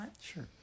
Sure